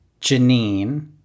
Janine